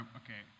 okay